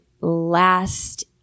last